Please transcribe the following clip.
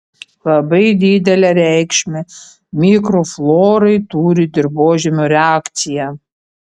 labai didelę reikšmę mikroflorai turi dirvožemio reakcija